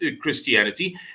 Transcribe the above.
Christianity